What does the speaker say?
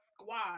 squad